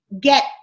get